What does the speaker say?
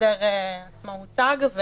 שההסדר עצמו הוצג פה,